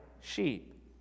sheep